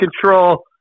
control